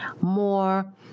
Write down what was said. more